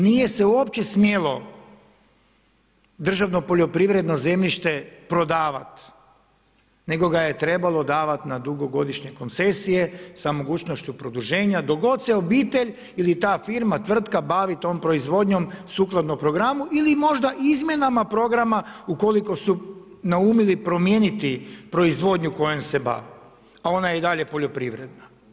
Nije se uopće smjelo državno poljoprivredno zemljište prodavati, nego ga je trebalo davati na dugogodišnje koncesije sa mogućnošću produženja dok god se obitelj ili ta firma, tvrtka bavi tom proizvodnjom sukladno programu ili možda izmjenama programa ukoliko su naumili promijeniti proizvodnju kojom se bave, a ona je i dalje poljoprivredna.